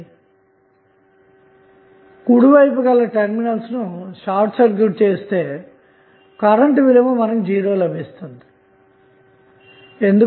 మీరు కుడి వైపు గల టెర్మినల్స్ షార్ట్ సర్క్యూట్ చేస్తే కరెంట్ విలువ '0' అవుతుంది ఎందుకు